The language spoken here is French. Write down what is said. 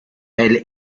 elle